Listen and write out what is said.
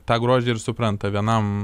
tą grožį ir supranta vienam